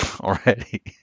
already